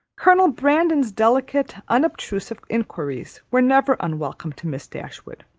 colonel brandon's delicate, unobtrusive enquiries were never unwelcome to miss dashwood.